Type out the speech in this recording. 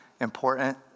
important